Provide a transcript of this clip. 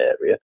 area